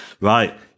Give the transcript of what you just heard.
Right